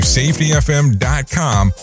safetyfm.com